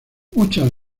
muchas